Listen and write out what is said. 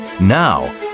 Now